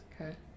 okay